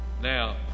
now